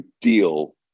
deal